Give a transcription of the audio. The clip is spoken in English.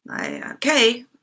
Okay